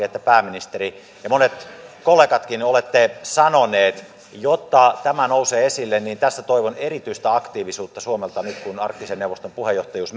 että pääministeri ja monet kollegatkin olette sanoneet jotta tämä nousee esille niin tässä toivon erityistä aktiivisuutta suomelta nyt kun arktisen neuvoston puheenjohtajuus